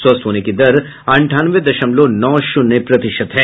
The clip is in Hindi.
स्वस्थ होने की दर अंठानवे दशमलव नौ शून्य प्रतिशत है